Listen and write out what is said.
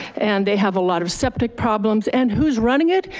and they have a lot of septic problems. and who's running it?